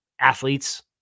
athletes